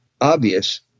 obvious